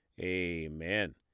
amen